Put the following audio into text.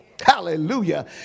Hallelujah